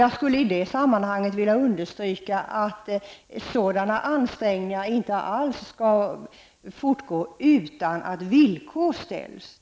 Jag skulle i det sammanhanget vilja understryka att sådana ansträngningar inte alls skall fortgå om de inte är förenade med några villkor.